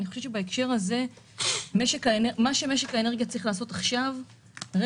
אני חושבת שבהקשר הזה מה שמשק האנרגיה צריך לעשות עכשיו לא